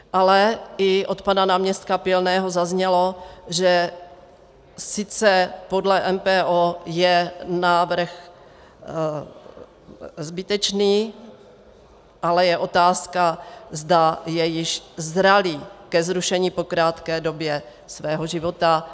Ale i od pana náměstka Pilného zaznělo, že sice podle MPO je návrh zbytečný, ale je otázka, zda je již zralý ke zrušení po krátké době svého života.